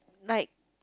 like